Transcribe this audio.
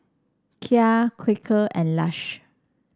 Kia Quaker and Lush